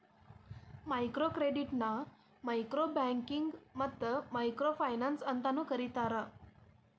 micro ಕ್ರೆಡಿಟ್ನ micro banking ಮತ್ತ micro finance ಅಂತೂ ಕರಿತಾರ